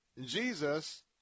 Jesus